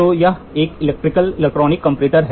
तो यह एक इलेक्ट्रिक इलेक्ट्रॉनिक कंपैरेटर है